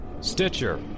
Stitcher